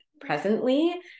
presently